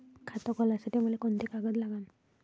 खात खोलासाठी मले कोंते कागद लागन?